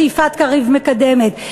שיפעת קריב מקדמת,